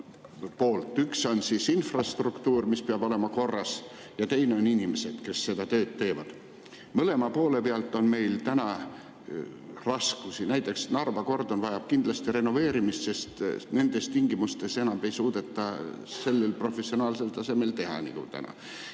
üks on infrastruktuur, mis peab olema korras, ja teine on inimesed, kes seda tööd teevad. Mõlema poole pealt on meil täna raskusi. Näiteks, Narva kordon vajab kindlasti renoveerimist, sest nendes tingimustes ei suudeta [edaspidi] enam sellel professionaalsel tasemel [tööd] teha, nagu täna.